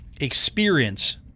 experience